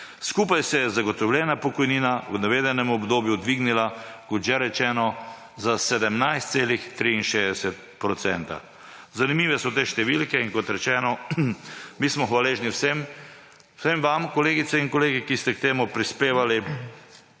Skupaj se je zagotovljena pokojnina v navedenem obdobju dvignila kot že rečeno za 17,63 %. Zanimive so te številke in kot rečeno, mi smo hvaležni vsem vam kolegice in kolegi, ki ste k temu prispevali